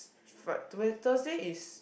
Fri~ to when Thursday is